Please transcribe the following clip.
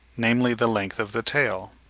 namely the length of the tail.